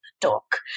talk